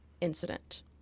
incident